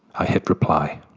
i hit reply.